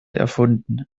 erfunden